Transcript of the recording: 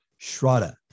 Shraddha